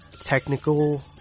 technical